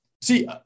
See